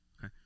okay